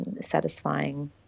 satisfying